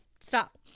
Stop